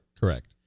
Correct